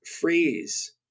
phrase